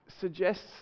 suggests